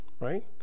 right